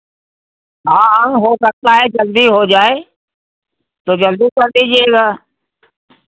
हाँ हाँ हो सकता है जल्दी हो जाए तो जल्दी कर दीजिएगा